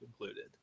included